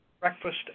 Breakfast